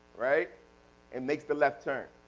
right and makes the left turn.